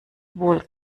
wohl